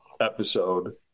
episode